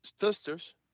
sisters